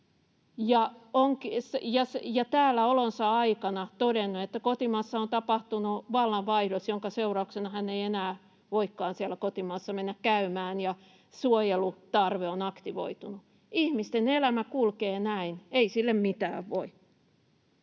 täällä olonsa aikana todennut, että kotimaassa on tapahtunut vallanvaihdos, jonka seurauksena hän ei enää voikaan siellä kotimaassa mennä käymään, ja suojelutarve on aktivoitunut. Ihmisten elämä kulkee näin, ei sille mitään voi,